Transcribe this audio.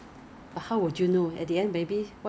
it's more expensive because of the flight